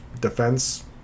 defense